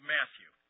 Matthew